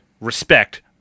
respect